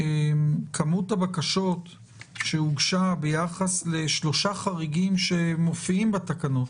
שכמות הבקשות שהוגשה ביחס לשלושה חריגים שמופיעים בתקנות: